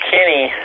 Kenny